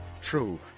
True